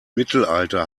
mittelalter